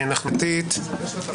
אנחנו נמשיך בהמשך.